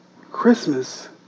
Christmas